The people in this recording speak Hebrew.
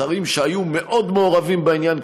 שרים שהיו מאוד מעורבים בעניין,